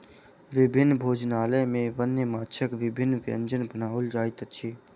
विभिन्न भोजनालय में वन्य माँछक विभिन्न व्यंजन बनाओल जाइत अछि